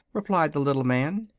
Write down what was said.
replied the little man.